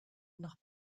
nach